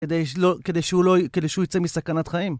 כדי שהוא יצא מסכנת חיים.